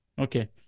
Okay